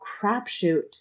crapshoot